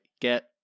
get